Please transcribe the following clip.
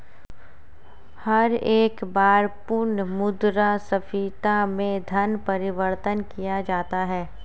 हर एक बार पुनः मुद्रा स्फीती में धन परिवर्तन किया जाता है